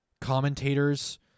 commentators